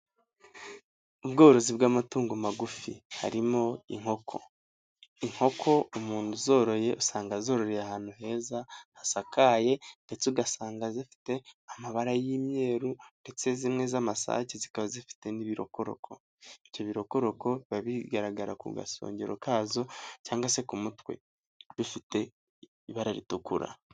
Ubworozi bw'amatungo magufi harimo inkoko. Inkoko umuntu zoroye usanga zororeye ahantu heza hasakaye, ndetse ugasanga zifite amabara y'imyeru ndetse zimwe z'amasake zikaba zifite n'ibirokoroko, ibyo birokoroko biba bigaragara ku gasongero kazo, cyangwa se ku mutwe bifite ibara ritukura.